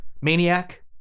Maniac